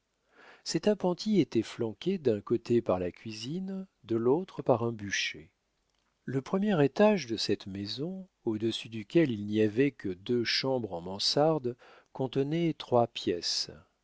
cet appentis était flanqué d'un côté par la cuisine de l'autre par un bûcher le premier étage de cette maison au-dessus duquel il n'y avait que deux chambres en mansardes contenait trois pièces